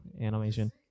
Animation